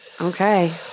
Okay